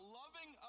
loving